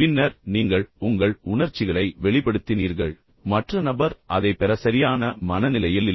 பின்னர் நீங்கள் உங்கள் உணர்ச்சிகளை வெளிபடுத்தினீர்கள் மற்ற நபர் அதைப் பெற சரியான மனநிலையில் இல்லை